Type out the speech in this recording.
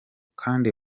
kandi